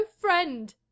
friend